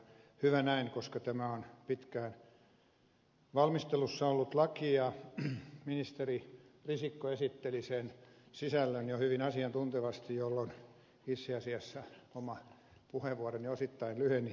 hyvä näin koska tämä on pitkään valmistelussa ollut laki ja ministeri risikko esitteli sen sisällön jo hyvin asiantuntevasti jolloin itse asiassa oma puheenvuoroni osittain lyheni